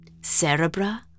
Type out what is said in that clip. Cerebra